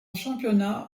championnat